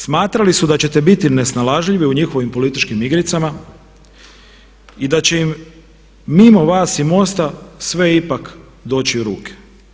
Smatrali su da ćete biti nesnalažljivi u njihovim političkim igricama i da će im mimo vas i MOST-a sve ipak doći u ruke.